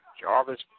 Jarvis